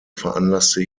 veranlasste